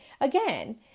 again